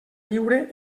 lliure